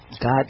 God